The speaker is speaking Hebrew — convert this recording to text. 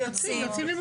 יוצאים.